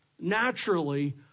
naturally